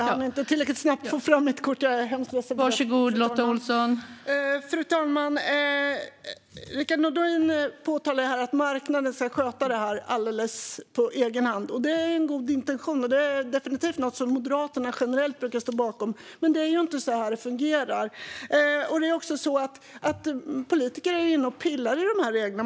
Fru talman! Rickard Nordin påpekar att marknaden ska sköta detta alldeles på egen hand. Detta är en god intention och definitivt något som Moderaterna generellt brukar stå bakom, men det är inte så det fungerar. Politiker är inne och pillar på dessa regler.